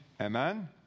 Amen